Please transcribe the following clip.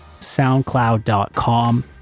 soundcloud.com